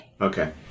okay